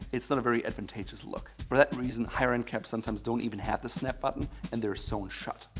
it's not a very advantageous look. for that reason, higher end caps sometimes don't even have the snap button and they're sewn shut.